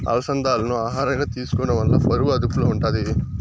అలసందాలను ఆహారంగా తీసుకోవడం వల్ల బరువు అదుపులో ఉంటాది